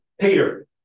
Peter